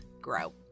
grow